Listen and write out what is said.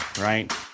right